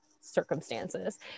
circumstances